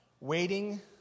waiting